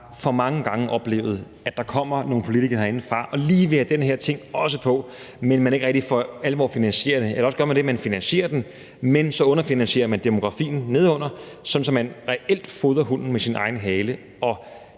for mange gange har oplevet, at der kommer nogle politikere herindefra og lige vil have en eller anden ting på også, men at man ikke rigtig for alvor finansierer det. Eller også gør man det, at man finansierer det, men underfinansierer demografien nedenunder, så man reelt fodrer hunden med sin egen hale, og